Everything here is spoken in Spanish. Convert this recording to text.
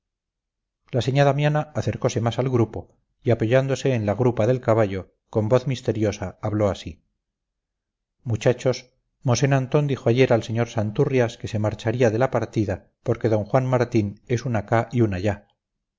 la señá damiana acercose más al grupo y apoyándose en la grupa del caballo con voz misteriosa habló así muchachos mosén antón dijo ayer al sr santurrias que se marcharía de la partida porque don juan martín es un acá y un